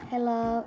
hello